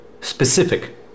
specific